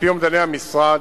על-פי אומדני המשרד,